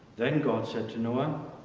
then god said to noah,